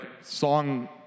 song